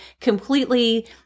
completely